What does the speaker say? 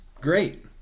Great